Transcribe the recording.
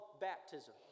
baptism